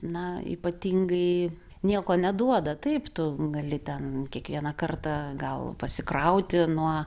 na ypatingai nieko neduoda taip tu gali ten kiekvieną kartą gal pasikrauti nuo